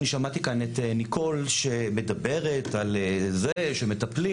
אני שמעתי כאן את ניקול שמדברת ועל זה שמטפלים,